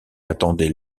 attendait